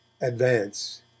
advance